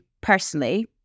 personally